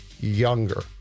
younger